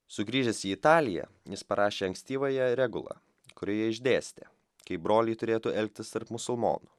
sugrįžęs į italiją jis parašė ankstyvąją regulą kurioje išdėstė kaip broliai turėtų elgtis tarp musulmonų